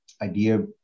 idea